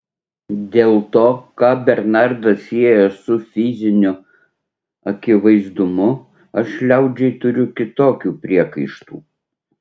dėl to ką bernardas sieja su fiziniu akivaizdumu aš liaudžiai turiu kitokių priekaištų